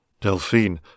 Delphine